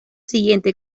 siguientes